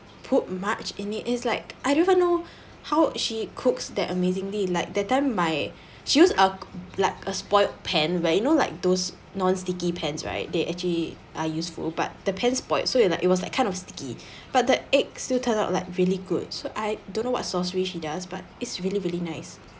put much in it is like I don't even know how she cooks that amazingly like that time my she use a like a spoilt pan where you know like those non sticky pans right they actually are useful but the pan spoilt it like it was that kind of sticky but the eggs still turn out like really good so I don't know what sorcery she does but it's really really nice